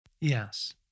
Yes